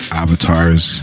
avatars